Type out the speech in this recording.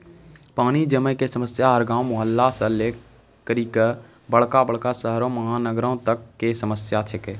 पानी जमै कॅ समस्या हर गांव, मुहल्ला सॅ लै करिकॅ बड़का बड़का शहरो महानगरों तक कॅ समस्या छै के